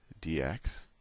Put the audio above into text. dx